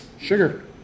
Sugar